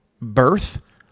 birth